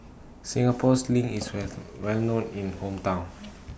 Singapore Sling IS Where Well known in Hometown